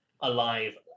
alive